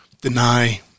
deny